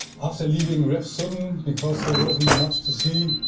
after leaving revsudden, because there wasn't much to see,